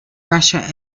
russia